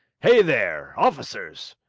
hey there! officers!